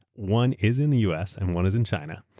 one is in the us and one is in china,